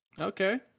Okay